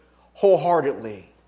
wholeheartedly